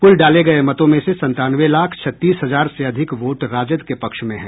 कुल डाले गये मतों में से संतानवे लाख छत्तीस हजार से अधिक वोट राजद के पक्ष में है